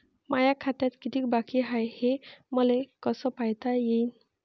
माया खात्यात कितीक बाकी हाय, हे मले कस पायता येईन?